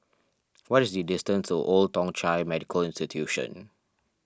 what is the distance to Old Thong Chai Medical Institution